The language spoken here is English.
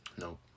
No